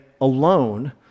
alone